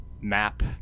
map